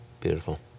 Beautiful